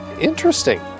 interesting